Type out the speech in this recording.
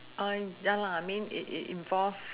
I'm ya lah I mean it it it involves